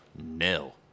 nil